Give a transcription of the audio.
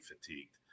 fatigued